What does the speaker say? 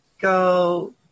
Go